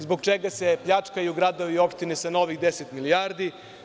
Zbog čega se pljačkaju gradovi i opštine sa novih 10 milijardi?